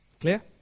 Clear